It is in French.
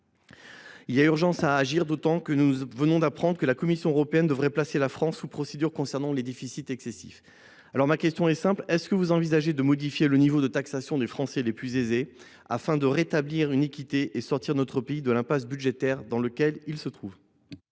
Il y a urgence à agir, d’autant que – nous venons de l’apprendre – la Commission européenne devrait placer la France sous procédure concernant ses déficits excessifs. Ma question est donc simple : envisagez vous de modifier le niveau de taxation des Français les plus aisés afin de rétablir une certaine équité et de sortir notre pays de l’impasse budgétaire dans laquelle il se trouve ?